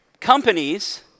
companies